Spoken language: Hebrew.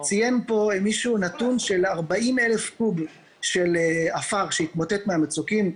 ציין פה מישהו נתון של 40,000 קוב של עפר שהתמוטט מהמצוקים,